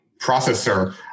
processor